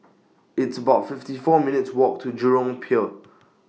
It's about fifty four minutes' Walk to Jurong Pier